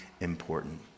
important